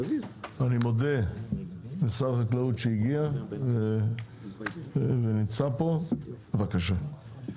אני מודה לשר החקלאות שהגיע ונמצא פה, בבקשה.